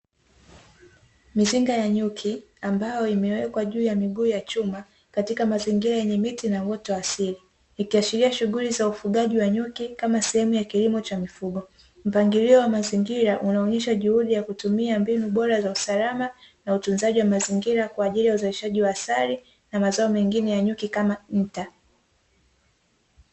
Mizinga ya nyuki ambayo imewekwa juu ya miguu ya chuma katika mazingira yenye miti na uoto wa asili, ikiashiria shughuli za ufugaji wa nyuki kama sehemu ya kilimo cha mifugo. Mpangilio wa mazingira unaonyesha juhudi ya kutumia mbinu bora za usalama, na utunzaji wa mazingira kwa ajili ya uzalishaji wa asali, na mazao mengine ya nyuki kama nta.